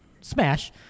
smash